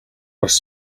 орос